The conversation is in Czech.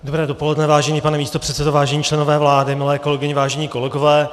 Dobré dopoledne, vážený pane místopředsedo, vážení členové vlády, milé kolegyně, vážení kolegové.